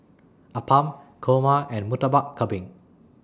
Appam Kurma and Murtabak Kambing